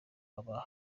aba